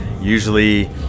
Usually